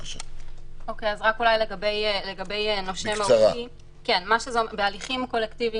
לגבי "נושה מהותי" בהליכים קולקטיביים